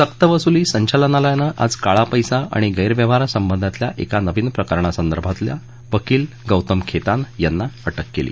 सक्त वसुली संचालनालयनं आज काळा पैसा आणि गैरव्यवहार संबंधातल्या एका नवीन प्रकरणासंदर्भात वकील गौतम खेतान यांना अटक केली